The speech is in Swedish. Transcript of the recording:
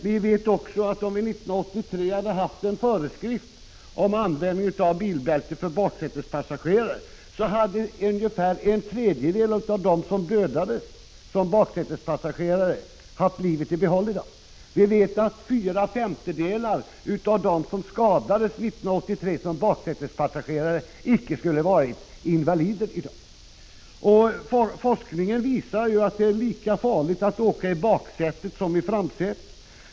Vi vet också att om vi 1983 hade haft en föreskrift om användning av bilbälte för baksätespassagerare, skulle ungefär en tredjedel av dem som dödades haft livet i behåll i dag. Fyra femtedelar av dem som 1983 skadades som baksätespassagerare skulle icke ha varit invalider i dag. Forskningen visar att det är lika farligt att åka i baksätet som i framsätet.